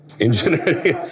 Engineering